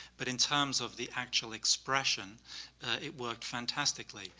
but in terms of the actual expression it worked fantastically.